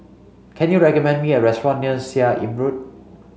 can you recommend me a restaurant near Seah Im Road